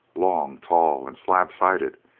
long, tall, and slab-sided,